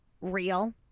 real